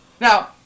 Now